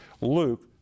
Luke